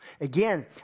again